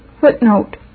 Footnote